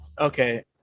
Okay